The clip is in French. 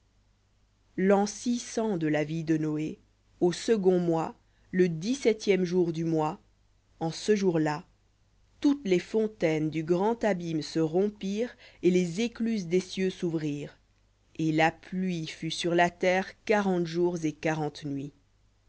six cent de la vie de noé au second mois le dix-septième jour du mois en ce jour-là toutes les fontaines du grand abîme se rompirent et les écluses des cieux souvrirent et la pluie fut sur la terre quarante jours et quarante nuits